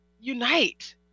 unite